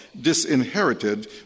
disinherited